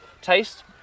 Taste